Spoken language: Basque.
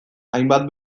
hainbat